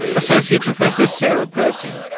associate professor sarah percy,